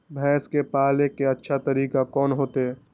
भैंस के पाले के अच्छा तरीका कोन होते?